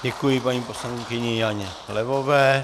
Děkuji paní poslankyni Janě Levové.